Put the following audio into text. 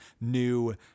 new